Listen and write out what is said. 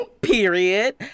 Period